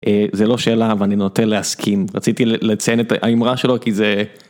זה לא שאלה ואני נוטה להסכים רציתי לציין את האמרה שלו כי זה.